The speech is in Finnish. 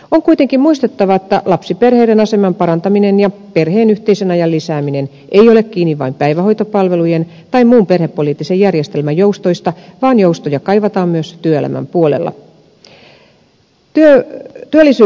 on kuitenkin muistettava että lapsiperheiden aseman parantaminen ja perheen yhteisen ajan lisääminen ei ole kiinni vain päivähoitopalvelujen tai muun perhepoliittisen järjestelmän joustoista vaan joustoja kaivataan myös työelämän puolella